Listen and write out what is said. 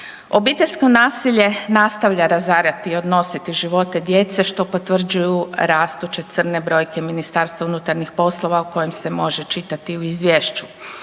Obiteljsko nasilje nastavlja razarati i odnositi živote djece što potvrđuju rastuće crne brojke MUP-a o kojem se može čitati u izvješću.